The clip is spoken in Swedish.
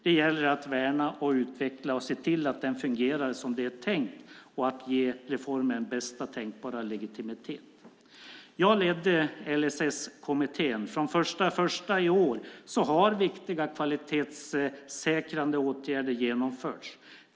Det gäller att värna och utveckla, se till att den fungerar som det är tänkt och ge reformen bästa tänkbara legitimitet. Jag ledde LSS-kommittén. Från den 1 januari i år har viktiga kvalitetssäkrande åtgärder genomförts.